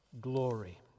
glory